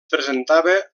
presentava